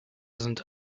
sind